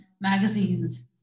magazines